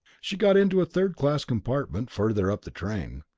she got into a third-class compartment farther up the train.